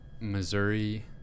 missouri